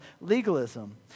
legalism